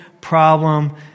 problem